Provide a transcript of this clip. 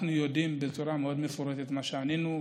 אנחנו יודעים בצורה מאוד מפורטת מה שענינו,